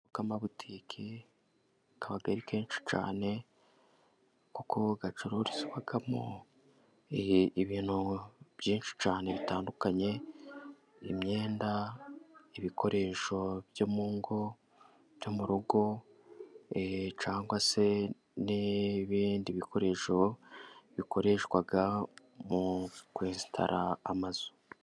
Amazu y'amabutike aba ari menshi cyane, kuko acururizwamo ibintu byinshi cyane bitandukanye, imyenda, ibikoresho byo mu rugo, cg se n'ibindi bikoresho bikoreshwa mu kwesitara amazu.